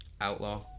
Outlaw